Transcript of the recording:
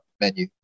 menu